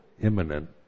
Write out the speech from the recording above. imminent